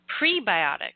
prebiotics